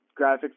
graphics